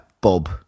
Bob